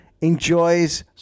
enjoys